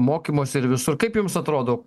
mokymuose ir visur kaip jums atrodo